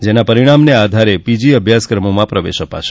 જેના પરીણામના આધારે પી જી અભ્યાસક્રમોમાં પ્રવેશ અપાશે